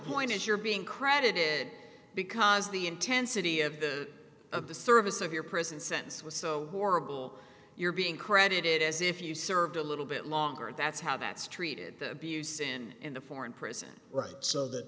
point is you're being credited because the intensity of the of the service of your prison sentence was so horrible you're being credited as if you served a little bit longer that's how that's treated the abuse in the foreign prison right so that